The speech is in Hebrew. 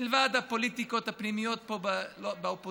מלבד הפוליטיקות הפנימיות פה באופוזיציה,